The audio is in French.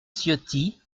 ciotti